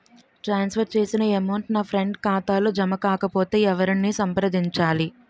ట్రాన్స్ for చేసిన amount నా friend ఖాతాలో జమ కాకపొతే ఎవరిని సంప్రదించాలి?